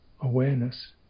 awareness